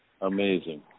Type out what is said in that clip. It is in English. Amazing